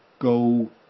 go